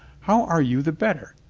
how are you the better?